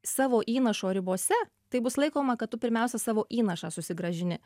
savo įnašo ribose tai bus laikoma kad tu pirmiausia savo įnašą susigrąžini